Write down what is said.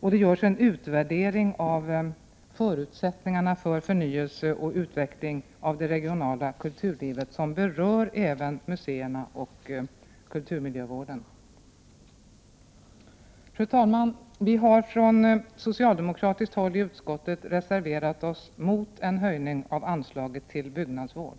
och det görs en utvärdering av förutsättningarna för förnyelse och utveckling av det regionala kulturlivet som berör även museerna och kulturmiljövården. Fru talman! Vi har från socialdemokratiskt håll i utskottet reserverat oss mot en höjning av anslaget till byggnadsvård.